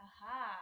Aha